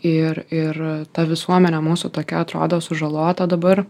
ir ir ta visuomenė mūsų tokia atrodo sužalota dabar